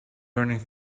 learning